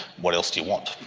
what else do you want?